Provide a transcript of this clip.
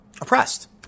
oppressed